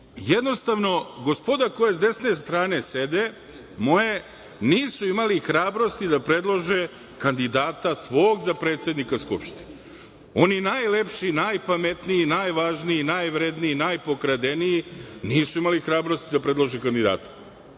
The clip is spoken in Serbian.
jednostavno gospoda koja s desne strane sede moje, nisu imali hrabrosti da predlože kandidata svog za predsednika Skupštine. Oni najlepši, najpametniji, najvažniji, najvredniji, najpokradeniji nisu imali hrabrosti da predlože kandidata.